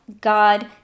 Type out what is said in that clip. God